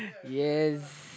yes